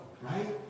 right